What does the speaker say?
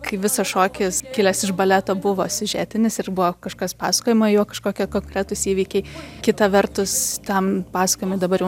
kai visas šokis kilęs iš baleto buvo siužetinis ir buvo kažkas pasakojama juo kažkokie konkretūs įvykiai kita vertus tam pasakojimui dabar jau